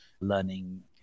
learning